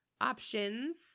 options